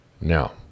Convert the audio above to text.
Now